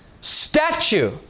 statue